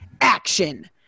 action